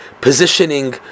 positioning